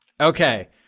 Okay